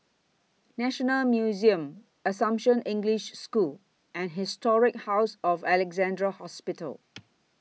National Museum Assumption English School and Historic House of Alexandra Hospital